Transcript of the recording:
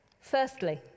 Firstly